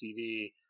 TV